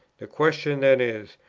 the question then is,